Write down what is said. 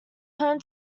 home